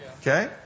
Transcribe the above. Okay